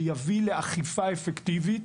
שיביא לאכיפה אפקטיבית.